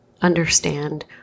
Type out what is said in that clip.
understand